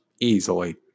easily